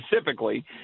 specifically